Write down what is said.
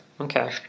okay